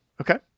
Okay